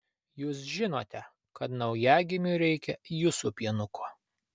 jūs žinote kad naujagimiui reikia jūsų pienuko